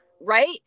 Right